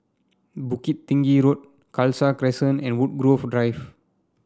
Bukit Tinggi Road Khalsa Crescent and Woodgrove Drive